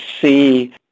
see